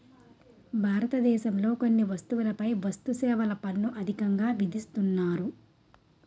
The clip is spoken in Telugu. భారతదేశంలో కొన్ని వస్తువులపై వస్తుసేవల పన్ను అధికంగా విధిస్తున్నారు